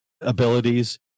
abilities